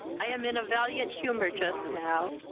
i am in a valiant humour just now,